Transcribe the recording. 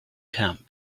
camp